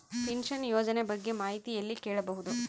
Pension ಯೋಜನ ಬಗ್ಗೆ ಮಾಹಿತಿ ಎಲ್ಲ ಕೇಳಬಹುದು?